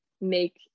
make